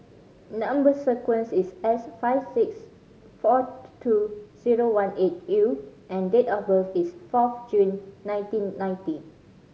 number sequence is S five six four two zero one eight U and date of birth is fourth June nineteen ninety